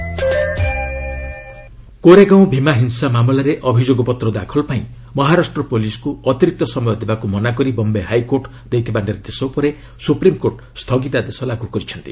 SC Goregaon case Koregaon Bhima ହିଂସା ମାମଲାରେ ଅଭିଯୋଗ ପତ୍ର ଦାଖଲ ପାଇଁ ମହାରାଷ୍ଟ୍ର ପୁଲିସ୍କୁ ଅତିରିକ୍ତ ସମୟ ଦେବାକୁ ମନା କରି ବୟେ ହାଇକୋର୍ଟ ଦେଇଥିବା ନିର୍ଦ୍ଦେଶ ଉପରେ ସୁପ୍ରିମ୍କୋର୍ଟ ସ୍ଥଗିତାଦେଶ ଲାଗୁ କରିଛନ୍ତି